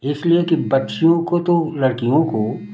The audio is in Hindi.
इसलिए कि बच्चियों को तो लड़कियों को